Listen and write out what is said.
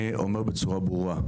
אני אומר בורה ברורה,